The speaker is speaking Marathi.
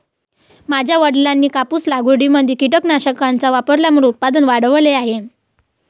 माझ्या वडिलांनी कापूस लागवडीमध्ये कीटकनाशकांच्या वापरामुळे उत्पादन वाढवले आहे